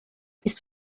ist